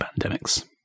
pandemics